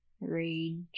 rage